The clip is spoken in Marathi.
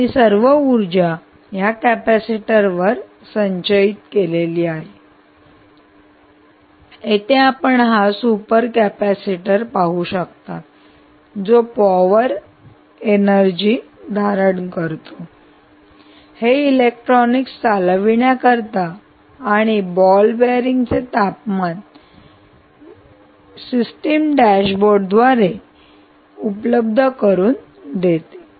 आणि सर्व ऊर्जा या कॅपेसिटरवर संचयित केलेली आहे येथे आपण हा सुपर कॅपेसिटर आता पाहू शकता जो पॉवर एनर्जी धारण करतो हे इलेक्ट्रॉनिक्स चालविण्याकरिता आणि बॉल बेअरिंग चे योग्य तापमान सिस्टीम डॅशबोर्ड द्वारे उपलब्ध करून देते